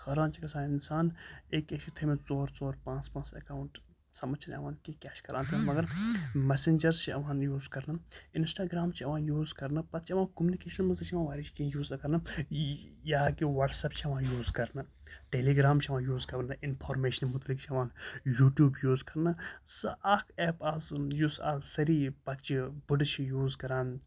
حٲران چھِ گژھان اِنسان ایٚکیٛاہ چھِ تھٲیمٕتۍ ژور ژور پانٛژھ پانٛژھ اٮ۪کاوُنٛٹ سمٕج چھِنہٕ یِوان کِہیٖنۍ کیٛاہ چھِ کَران مگر مَسٮ۪نجر چھِ یِوان یوٗز کَرنہٕ اِنَسٹاگرٛام چھِ یِوان یوٗز کَرنہٕ پَتہٕ چھِ یِوان کوٚمنِکیشَن منٛز تہِ چھِ یِوان واریاہ کینٛہہ یوٗز یہِ ہا کہِ وَٹسَپ چھِ یِوان یوٗز کَرنہٕ ٹیٚلیٖگرٛام چھِ یِوان یوٗز کَرنہٕ اِنفارمیشنہٕ مُتعلِق چھِ یِوان یوٗٹیوٗب یوٗز کَرنہٕ سُہ اَکھ اٮ۪پ آسُن یُس آز سٲری بَچہٕ بٕڑٕ چھِ یوٗز کَران